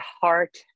heart